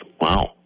Wow